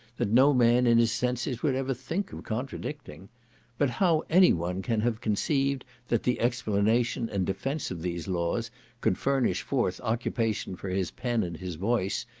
that no man in his senses would ever think of contradicting but how any one can have conceived that the explanation and defence of these laws could furnish forth occupation for his pen and his voice,